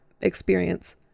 experience